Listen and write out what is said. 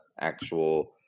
actual